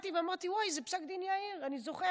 קראתי ואמרתי: וואי, זה פסק דין יאיר, אני זוכרת.